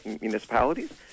municipalities